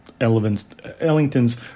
Ellington's